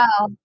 wow